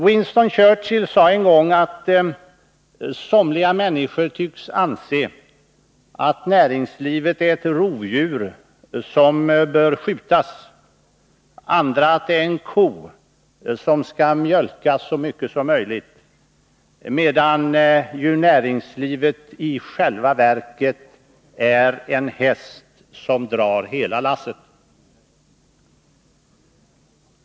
Winston Churchill sade en gång att somliga människor tycks anse att näringslivet är ett rovdjur som bör skjutas, andra att det är en ko som skall mjölkas så mycket som möjligt, medan det i själva verket är en häst som drar hela lasset.